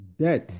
Death